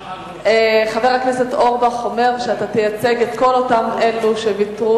חבר הכנסת אורבך אומר שאתה תייצג את כל אלה שוויתרו,